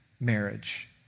marriage